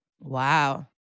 Wow